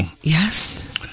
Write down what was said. Yes